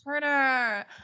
Turner